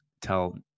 tell